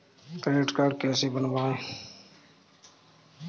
Credit card कैसे बनवाएँ?